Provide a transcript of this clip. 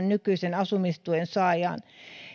nykyisen asumistuen saajaan